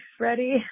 ready